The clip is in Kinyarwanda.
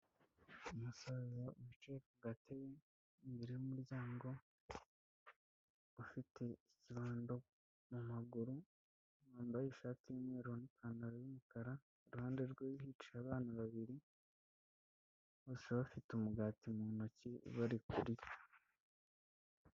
Umusaza wicaye ku gatebe imbere y'umuryango ufite ikibando mu maguru, wambaye ishati y'umweru n'ipantaro y'umukara, iruhande rwe hicaye abana babiri bose bafite umugati mu ntoki bari kurya.